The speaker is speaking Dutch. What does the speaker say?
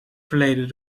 verleden